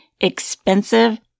expensive